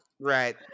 Right